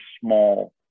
small